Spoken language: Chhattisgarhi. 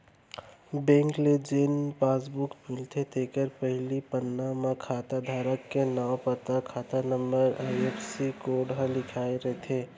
बेंक ले जेन पासबुक मिलथे तेखर पहिली पन्ना म खाता धारक के नांव, पता, खाता नंबर, आई.एफ.एस.सी कोड ह लिखाए रथे